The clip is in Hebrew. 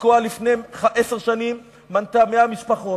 תקוע לפני עשר שנים מנתה 100 משפחות.